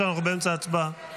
עכשיו אנחנו באמצע הצבעה.